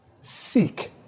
seek